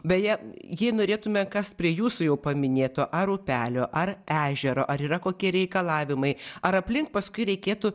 beje jei norėtume kast prie jūsų jau paminėto ar upelio ar ežero ar yra kokie reikalavimai ar aplink paskui reikėtų